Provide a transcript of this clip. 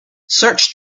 search